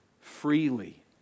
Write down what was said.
freely